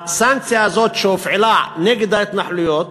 הסנקציה הזאת שהופעלה נגד ההתנחלויות,